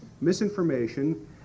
misinformation